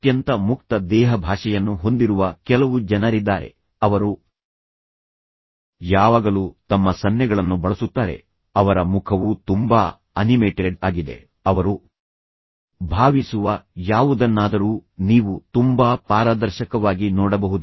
ಅತ್ಯಂತ ಮುಕ್ತ ದೇಹಭಾಷೆಯನ್ನು ಹೊಂದಿರುವ ಕೆಲವು ಜನರಿದ್ದಾರೆ ಅವರು ಯಾವಾಗಲೂ ತಮ್ಮ ಸನ್ನೆಗಳನ್ನು ಬಳಸುತ್ತಾರೆ ಅವರ ಮುಖವು ತುಂಬಾ ಅನಿಮೇಟೆಡ್ ಆಗಿದೆ ಅವರು ಭಾವಿಸುವ ಯಾವುದನ್ನಾದರೂ ನೀವು ತುಂಬಾ ಪಾರದರ್ಶಕವಾಗಿ ನೋಡಬಹುದು